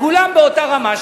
כולם באותה רמה,